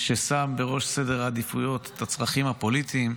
ששם בראש סדר העדיפויות את הצרכים הפוליטיים,